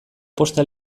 posta